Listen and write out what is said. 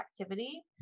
activity